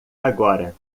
agora